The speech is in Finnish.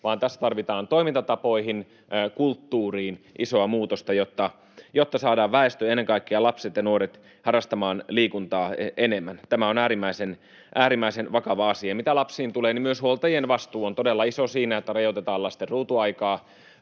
vaan tässä tarvitaan toimintatapoihin ja kulttuuriin isoa muutosta, jotta saadaan väestö, ennen kaikkea lapset ja nuoret, harrastamaan liikuntaa enemmän. Tämä on äärimmäisen vakava asia. Mitä lapsiin tulee, myös huoltajien vastuu on todella iso siinä, että rajoitetaan lasten ruutuaikaa